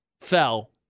fell